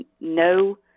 no